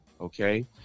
Okay